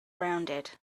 rounded